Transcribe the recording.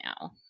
now